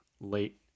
late